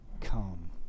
come